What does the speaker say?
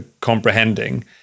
comprehending